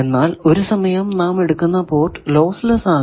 എന്നാൽ ഒരു സമയം നാം എടുക്കുന്ന പോർട്ട് ലോസ് ലെസ്സ് ആകാം